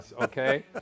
okay